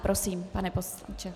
Prosím, pane poslanče.